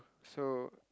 so